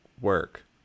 work